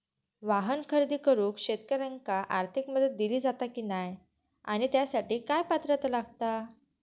वाहन खरेदी करूक शेतकऱ्यांका आर्थिक मदत दिली जाता की नाय आणि त्यासाठी काय पात्रता लागता?